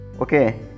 Okay